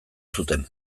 zuten